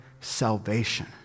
salvation